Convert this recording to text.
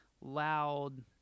loud